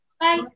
Bye